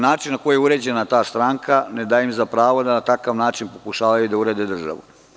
Način na koji je uređena ta stranka ne daje im za pravo da na takav način pokušavaju da urede državu.